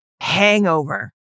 hangover